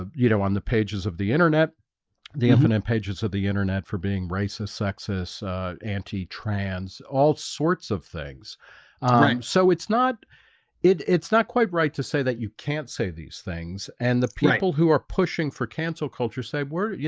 you know on the pages of the internet the infinite pages of the internet for being racist sexist, ah anti-trans all sorts of things right, so it's not it it's not quite right to say that you can't say these things and the people who are pushing for canceled culture say we're you